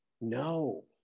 No